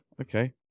okay